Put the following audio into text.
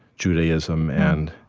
judaism and